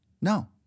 No